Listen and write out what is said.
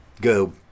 go